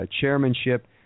chairmanship